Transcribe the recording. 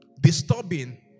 disturbing